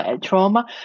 trauma